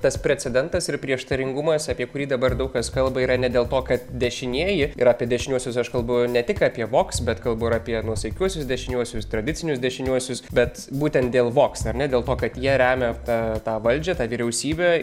tas precedentas ir prieštaringumas apie kurį dabar daug kas kalba yra ne dėl to kad dešinieji ir apie dešiniuosius aš kalbu ne tik apie voks bet kalbu apie nuosaikiuosius dešiniuosius tradicinius dešiniuosius bet būtent dėl voks ar ne dėl to kad jie remia tą tą valdžią tą vyriausybę